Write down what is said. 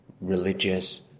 religious